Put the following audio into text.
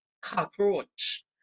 Cockroach